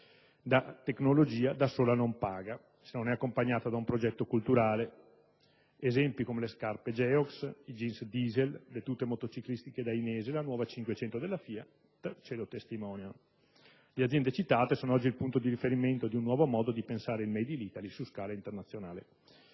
La tecnologia da sola non paga, se non è accompagnata da un progetto culturale: esempi come le scarpe Geox, i jeans Diesel, le tute motociclistiche Dainese, la nuova "500" della FIAT ce lo testimoniano. Le aziende citate sono oggi il punto di riferimento di un nuovo modo di pensare il *made in Italy* su scala internazionale.